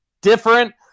different